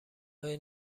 های